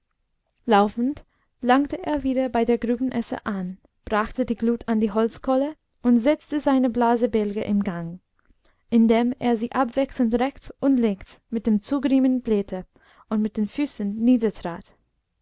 laufend langte er wieder bei der grubenesse an brachte die glut an die holzkohle und setzte seine blasebälge in gang indem er sie abwechselnd rechts und links mit dem zugriemen blähte und mit den füßen